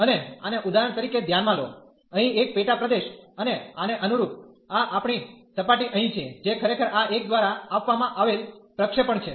અને આને ઉદાહરણ તરીકે ધ્યાનમાં લો અહીં એક પેટા પ્રદેશ અને આને અનુરૂપ આ આપણી સપાટી અહીં છે જે ખરેખર આ એક દ્વારા આપવામાં આવેલ પ્રક્ષેપણ છે